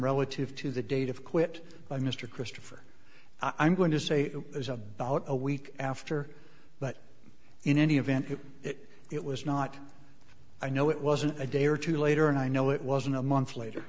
relative to the date of quit by mr christopher i'm going to say as a bout a week after but in any event it it was not i know it wasn't a day or two later and i know it wasn't a month later